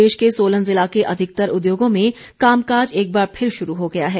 प्रदेश के सोलन ज़िला के अधिकतर उद्योगों में कामकाज एक बार फिर शुरू हो गया है